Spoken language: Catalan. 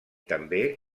també